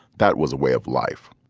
that was a way of life.